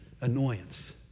annoyance